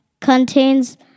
contains